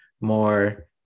more